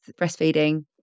breastfeeding